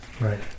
Right